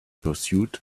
pursuit